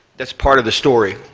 that is part of the story.